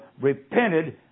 repented